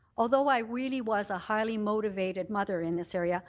although i really was a highly motivated mother in this area,